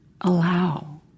allow